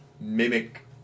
mimic